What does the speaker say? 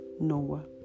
Noah